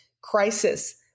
crisis